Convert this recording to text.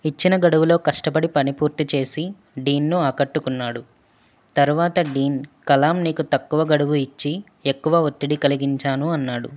ఇచ్చిన గడువులో కష్టపడి పని పూర్తిచేసి డీన్ను ఆకట్టుకున్నాడు తరువాత డీన్ కలామ్ నీకు తక్కువ గడువు ఇచ్చి ఎక్కువ ఒత్తిడి కలిగించాను అన్నాడు